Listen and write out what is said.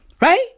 Right